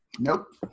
Nope